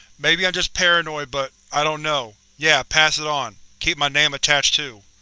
maybe i'm just paranoid, but i don't know. yeah, pass it on. keep my name attached too.